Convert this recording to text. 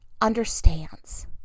understands